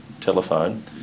telephone